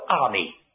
Army